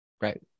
right